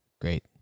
great